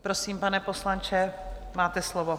Prosím, pane poslanče, máte slovo.